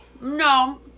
No